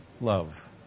love